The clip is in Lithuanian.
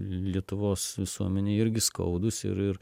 lietuvos visuomenei irgi skaudūs ir ir